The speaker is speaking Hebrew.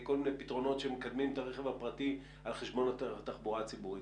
וכל מיני פתרונות שמקדמים את הרכב הפרטי על חשבון התחבורה הציבורית,